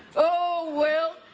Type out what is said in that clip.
oh, well.